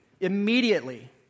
immediately